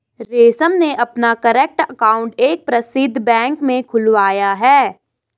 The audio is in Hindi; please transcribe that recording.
रमेश ने अपना कर्रेंट अकाउंट एक प्रसिद्ध बैंक में खुलवाया है